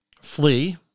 flee